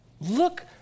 Look